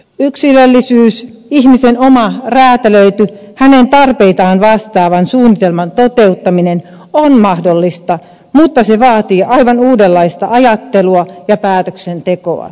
yksilöllisen ihmisen oman räätälöidyn hänen tarpeitaan vastaavan suunnitelman toteuttaminen on mahdollista mutta se vaatii aivan uudenlaista ajattelua ja päätöksentekoa